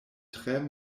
tre